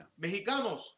Mexicanos